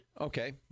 Okay